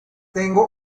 tengo